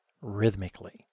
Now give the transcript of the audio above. rhythmically